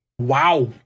Wow